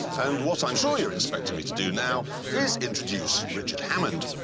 and what i'm sure you're expecting me to do now is introduce richard hammond.